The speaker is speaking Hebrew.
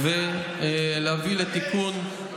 ייתמו חטאים, ולא רשעים.